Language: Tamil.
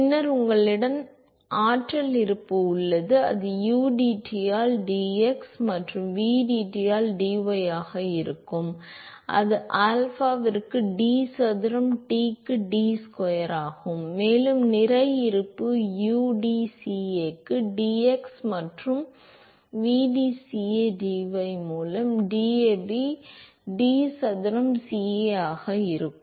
பின்னர் உங்களிடம் ஆற்றல் இருப்பு உள்ளது அது udT ஆல் dx மற்றும் vdT ஆல் dy ஆக இருக்கும் அது ஆல்பாவிற்கு d சதுரம் Tக்கு dy ஸ்கொயர் ஆகும் மேலும் நிறை இருப்பு udCA க்கு dx மற்றும் vdCA dy மூலம் DAB d சதுரம் CA ஆக இருக்கும்